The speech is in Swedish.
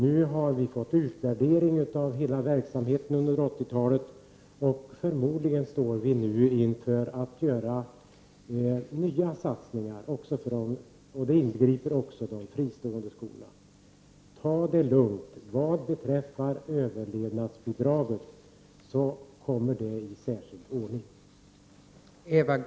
Nu har vi fått utvärderingen av hela verksamheten under 80-talet. Förmodligen står vi inför att göra nya satsningar, och det inbegriper också de fristående skolorna. Ta det lugnt! Överlevnadsbidraget kommer i särskild ordning.